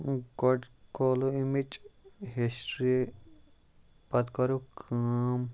گۄڈٕ کھولو اَمِچ ہِسٹِرٛی پَتہٕ کَرو کٲم